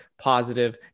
positive